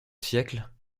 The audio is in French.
siècle